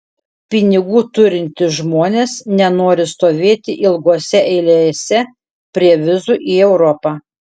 pinigų turintys žmonės nenori stovėti ilgose eilėse prie vizų į europą